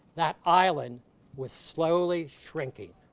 that island was slowly shrinking,